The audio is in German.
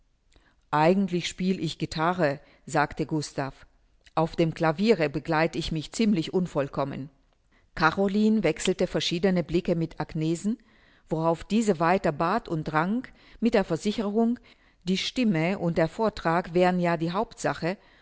eigentlich spiel ich guitarre sagte gustav auf dem claviere begleit ich mich ziemlich unvollkommen caroline wechselte verschiedene blicke mit agnesen worauf diese weiter bat und drang mit der versicherung die stimme und der vortrag wären ja die hauptsache